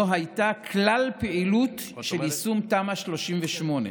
לא הייתה כלל פעילות של יישום תמ"א 38,